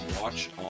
watch